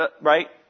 right